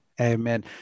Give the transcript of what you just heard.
Amen